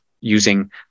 using